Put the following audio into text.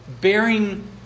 bearing